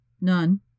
None